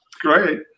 great